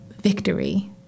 victory